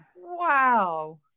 Wow